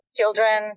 children